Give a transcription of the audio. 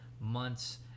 months